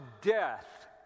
death